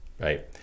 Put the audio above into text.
right